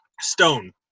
Stone